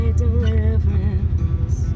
deliverance